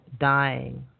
dying